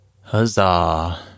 Huzzah